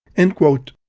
end quote.